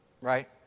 right